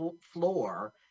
floor